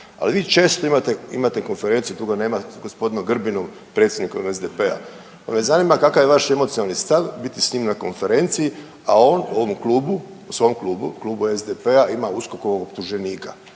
Ali vi često imate, imate konferenciju kluba, nema gospodinu Grbinu predsjednikom SDP-a pa me zanima kakav je vaš emocionalan stav biti s njim na konferenciji, a on u ovom klubu u svom klubu, Klubu SDP-a imam USKOK-ovog optuženika.